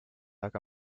aga